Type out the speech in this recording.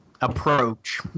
approach